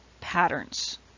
patterns